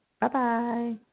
Bye-bye